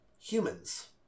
humans